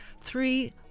three